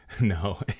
No